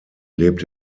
lebt